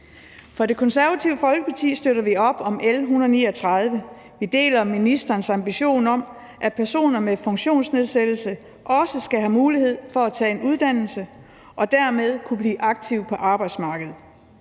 Fra Det Konservative Folkepartis side støtter vi op om L 139. Vi deler ministerens ambition om, at personer med funktionsnedsættelse også skal have mulighed for at tage en uddannelse og dermed kunne blive aktive på arbejdsmarkedet.